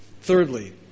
Thirdly